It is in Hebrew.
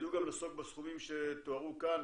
יידעו גם לעסוק בסכומים שתוארו כאן,